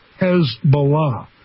Hezbollah